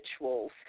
rituals